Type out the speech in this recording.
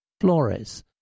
Flores